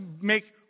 make